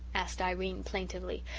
asked irene plaintively.